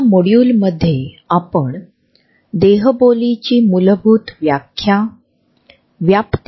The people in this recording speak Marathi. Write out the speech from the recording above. दैनंदिन जीवनात आपण इतर लोकांशी विशिष्ट अंतर राखत असतो आणि म्हणूनच आपण आपले दृष्टीकोन आणि भावना यांचा देखील संवाद साधतो